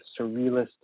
surrealist